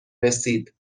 رسید